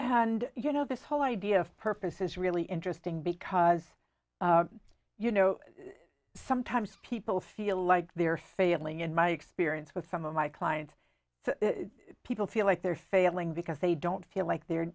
and you know this whole idea of purpose is really interesting because you know sometimes people feel like they're failing in my experience with some of my clients so people feel like they're failing because they don't feel like they're